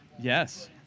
Yes